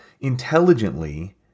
intelligently